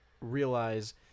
realize